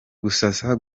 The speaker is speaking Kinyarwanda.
gusasa